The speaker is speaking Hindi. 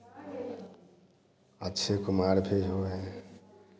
अक्षय कुमार भी हुए